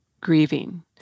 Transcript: grieving